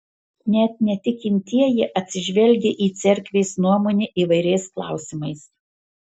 net netikintieji atsižvelgia į cerkvės nuomonę įvairiais klausimais